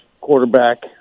quarterback